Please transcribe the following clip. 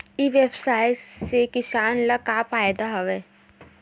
ई व्यवसाय से किसान ला का फ़ायदा हे?